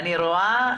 אני רואה.